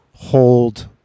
hold